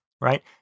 right